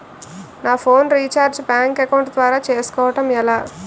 నా phone recharge bank account ద్వారా చేసుకోవటం ఎలా?